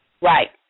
Right